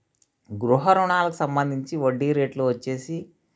గృహ రుణాలకు సంబంధించి వడ్డీ రేట్లు వచ్చేసి